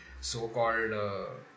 so-called